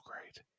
great